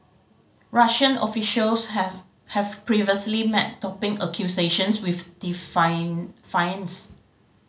Russian officials have have previously met doping accusations with